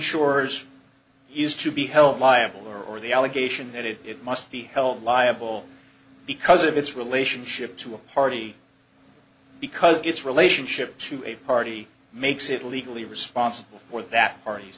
shores is to be held liable for the allegation that it it must be held liable because of its relationship to a party because its relationship to a party makes it legally responsible for that ar